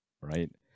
Right